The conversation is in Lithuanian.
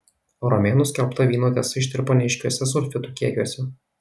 o romėnų skelbta vyno tiesa ištirpo neaiškiuose sulfitų kiekiuose